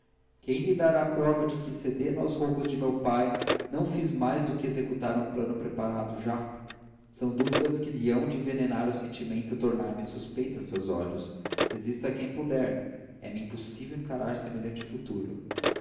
quem lhe dará a prova de que cedendo aos rogos de meu pai não fiz mais do que executar um plano preparado já são dúvidas que lhe hão de envenenar o sentimento e tornar-me suspeita a seus olhos resista quem puder é-me impossível encarar semelhante futuro